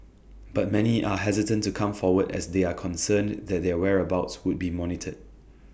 but many are hesitant to come forward as they are concerned that their whereabouts would be monitored